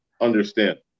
understand